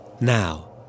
Now